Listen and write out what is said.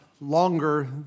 longer